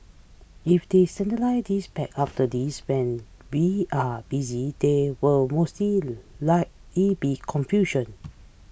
if they standardise this packs after this when we are busy there will most likely be confusion